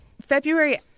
February